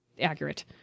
accurate